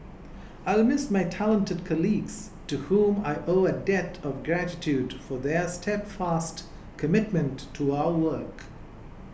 I'll miss my talented colleagues to whom I owe a debt of gratitude for their steadfast commitment to our work